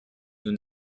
nous